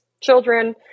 children